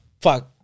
fuck